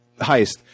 heist